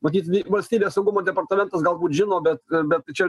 matyt valstybės saugumo departamentas galbūt žino bet bet čia